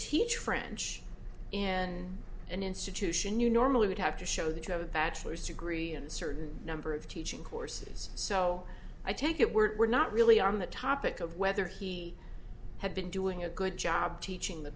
teach french in an institution you normally would have to show that you have a bachelor's degree in a certain number of teaching courses so i take it we're not really on the topic of whether he had been doing a good job teaching the